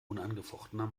unangefochtener